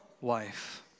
wife